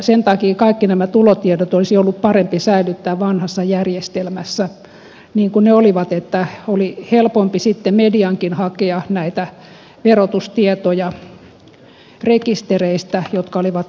sen takia kaikki nämä tulotiedot olisi ollut parempi säilyttää vanhassa järjestelmässä niin kuin ne olivat jolloin oli helpompi sitten mediankin hakea näitä verotustietoja rekistereistä jotka olivat julkisia